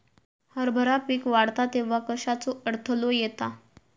हरभरा पीक वाढता तेव्हा कश्याचो अडथलो येता?